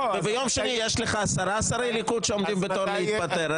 ביום שני יהיו לך עשרה שרי ליכוד שעומדים בתור להתפטר?